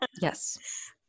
Yes